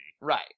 Right